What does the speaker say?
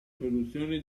produzione